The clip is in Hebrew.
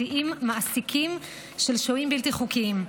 מסיעים ומעסיקים של שוהים בלתי חוקיים.